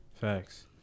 facts